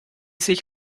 sich